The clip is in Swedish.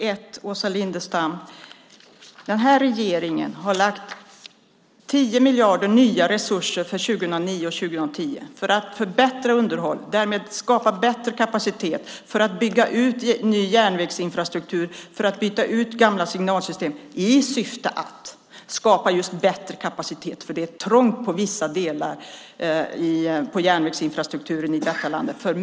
Fru talman! För det första har den här regeringen avsatt 10 miljarder i nya resurser för åren 2009 och 2010 till att förbättra underhållet och därmed skapa en bättre kapacitet, till att bygga ut och få en ny järnvägsstruktur och till att byta ut gamla signalsystem. Syftet därmed är just att skapa en bättre kapacitet, för det är trångt när det gäller vissa delar av järnvägsinfrastrukturen i vårt land.